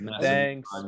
thanks